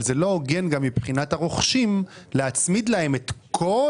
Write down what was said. אבל זה גם לא הוגן מבחינת הרוכשים להצמיד להם את כל